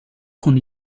qu’on